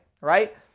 right